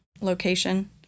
location